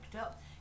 up